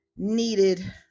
needed